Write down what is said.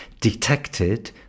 detected